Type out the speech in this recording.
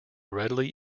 readily